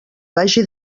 vagi